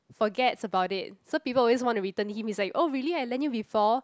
forgets about it so people always want to return him it's like oh really I lend you before